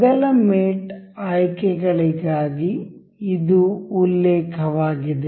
ಅಗಲ ಮೇಟ್ ಆಯ್ಕೆಗಳಿಗಾಗಿ ಇದು ಉಲ್ಲೇಖ ವಾಗಿದೆ